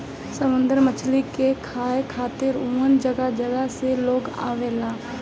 समुंदरी मछरी के खाए खातिर उहाँ जगह जगह से लोग आवेला